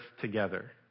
together